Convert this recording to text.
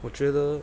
我觉得